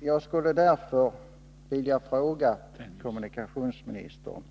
Jag skulle därför vilja fråga kommunikationsministern: